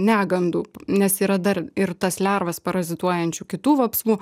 negandų nes yra dar ir tas lervas parazituojančių kitų vapsvų